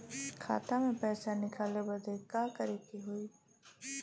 खाता से पैसा निकाले बदे का करे के होई?